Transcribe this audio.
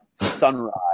Sunrise